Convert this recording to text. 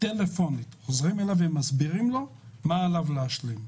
בטלפון ומסבירים לו מה עליו להשלים.